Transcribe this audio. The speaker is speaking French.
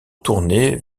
tourner